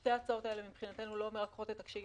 שתי ההצעות האלה מבחינתנו לא כוללות את הקשיים